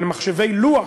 מחשבי לוח,